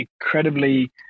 incredibly